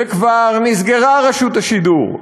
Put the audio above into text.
וכבר נסגרה רשות השידור,